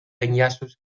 enllaços